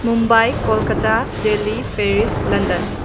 Mumbai Kolkata Delhi Paris London